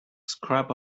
scrap